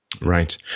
Right